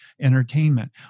entertainment